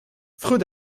freud